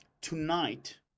tonight